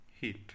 heat